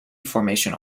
formation